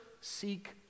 seek